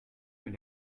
mit